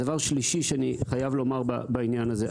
ודבר שלישי שאני חייב לומר בעניין הזה.